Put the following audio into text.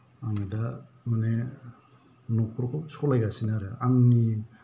आं दा माने न'खरखौ सलायगासिनो आरो आंनि